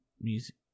music